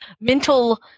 mental